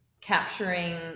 capturing